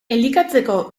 elikatzeko